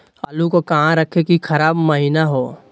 आलू को कहां रखे की खराब महिना हो?